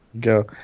Go